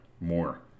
more